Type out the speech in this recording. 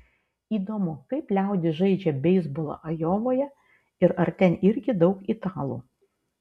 įdomu kaip liaudis žaidžia beisbolą ajovoje ir ar ten irgi daug italų